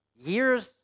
years